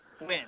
win